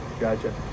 Gotcha